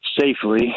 safely